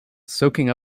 soaking